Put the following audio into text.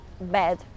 bad